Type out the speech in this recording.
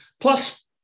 Plus